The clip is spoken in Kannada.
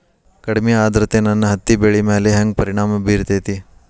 ಕಡಮಿ ಆದ್ರತೆ ನನ್ನ ಹತ್ತಿ ಬೆಳಿ ಮ್ಯಾಲ್ ಹೆಂಗ್ ಪರಿಣಾಮ ಬಿರತೇತಿ?